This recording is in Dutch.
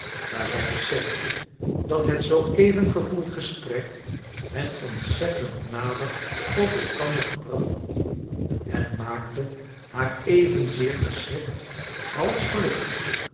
maar zij besefte dat het zooeven gevoerd gesprek hen ontzettend nader tot elkander gebracht had het maakte haar evenzeer verschrikt als gelukkig